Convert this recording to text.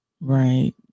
right